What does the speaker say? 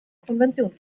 konvention